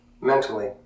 mentally